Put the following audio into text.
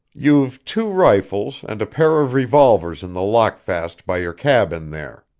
you've two rifles and a pair of revolvers in the lockfast by your cabin there.